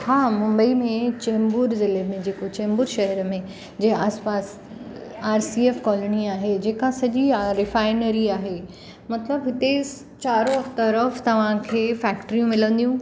हा मुंबई में चेंबूर ज़िले में जेको चेंबूर शहर में जे आसपासि आर सीऐफ कॉलोनी आहे जेका सॼी रिफाइनरी आहे मतिलबु हुते चारों तरफ़ु तव्हांखे फ़ैक्टरियूं मिलंदियूं